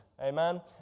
Amen